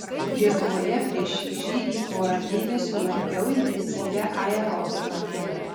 lietuvoje prieš šį žygį porą mėnesių lankiau intensyvią aerobiką